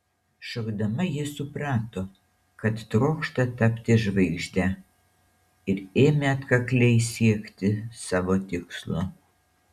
šokdama ji suprato kad trokšta tapti žvaigžde ir ėmė atkakliai siekti savo tikslo